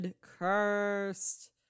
cursed